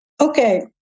Okay